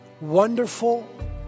wonderful